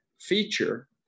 feature